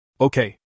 Okay